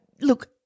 look